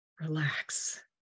relax